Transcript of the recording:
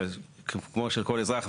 כמו שכל אזרח,